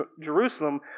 Jerusalem